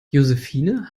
josephine